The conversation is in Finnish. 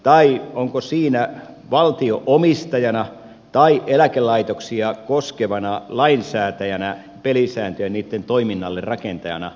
tai onko siinä valtio omistajana tai eläkelaitoksia koskevana lainsäätäjänä pelisääntöjä niitten toiminnalle rakentamassa